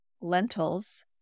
lentils